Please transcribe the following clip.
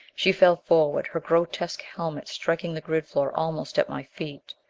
she fell forward, her grotesque helmet striking the grid-floor almost at my feet.